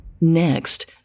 Next